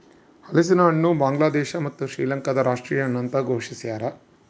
ಹಲಸಿನಹಣ್ಣು ಬಾಂಗ್ಲಾದೇಶ ಮತ್ತು ಶ್ರೀಲಂಕಾದ ರಾಷ್ಟೀಯ ಹಣ್ಣು ಅಂತ ಘೋಷಿಸ್ಯಾರ